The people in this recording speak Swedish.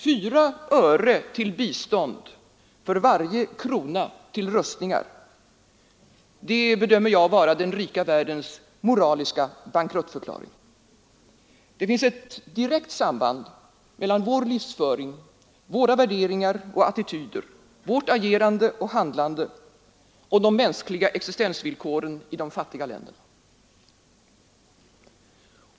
Fyra öre i bistånd för varje krona till rustningar, det bedömer jag vara den rika världens moraliska bankruttförklaring. Det finns ett direkt samband mellan vår livsföring, våra värderingar och attityder, vårt agerande och handlande, och de mänskliga existensvillkoren i de fattiga länderna.